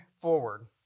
forward